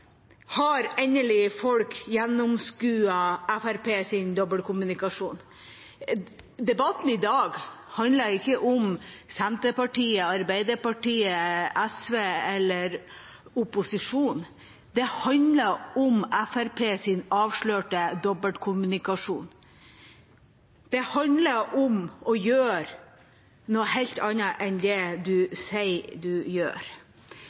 har endelig folk gjennomskuet Fremskrittspartiets dobbeltkommunikasjon. Debatten i dag handler ikke om Senterpartiet, Arbeiderpartiet, SV eller om opposisjon. Den handler om Fremskrittspartiets avslørte dobbeltkommunikasjon: å gjøre noe helt annet enn det man sier man gjør.